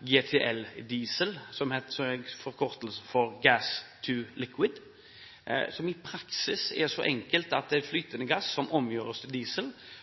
GTL-diesel. GTL er en forkortelse for Gas to Liquids, som i praksis er så enkelt som at det er flytende gass som omgjøres til diesel,